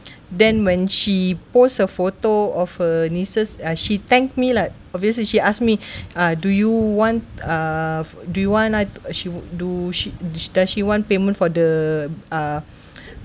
then when she post a photo of her nieces uh she thanked me lah obviously she asked me ah do you want uh do you want I she do she does she want payment for the uh